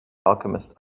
alchemist